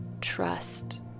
trust